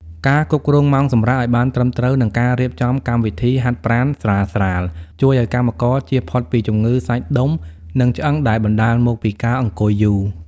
ការគ្រប់គ្រងម៉ោងសម្រាកឱ្យបានត្រឹមត្រូវ និងការរៀបចំកម្មវិធីហាត់ប្រាណស្រាលៗ ជួយឱ្យកម្មករជៀសផុតពីជំងឺសាច់ដុំ និងឆ្អឹងដែលបណ្ដាលមកពីការអង្គុយយូរ។